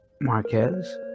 Marquez